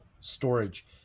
storage